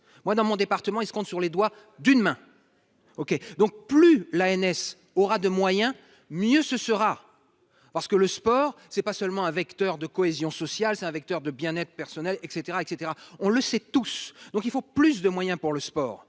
moi dans mon département et se comptent sur les doigts d'une main, OK, donc plus la NS aura de moyens, mieux ce sera, parce que le sport c'est pas seulement un vecteur de cohésion sociale, c'est un vecteur de bien-être personnel et caetera et caetera, on le sait tous, donc il faut plus de moyens pour le sport,